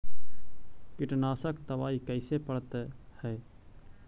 कीटनाशक दबाइ कैसे पड़तै है?